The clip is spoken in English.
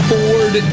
Ford